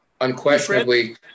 unquestionably